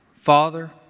Father